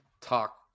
talk